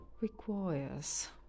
requires